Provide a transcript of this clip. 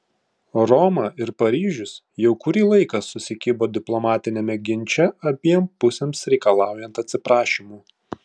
roma ir paryžius jau kurį laiką susikibo diplomatiniame ginče abiem pusėms reikalaujant atsiprašymų